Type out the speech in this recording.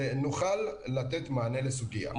נוכל לתת מענה לסוגיה.